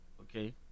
Okay